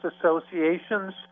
associations